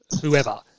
whoever